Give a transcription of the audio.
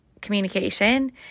communication